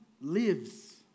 lives